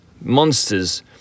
monsters